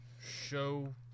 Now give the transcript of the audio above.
show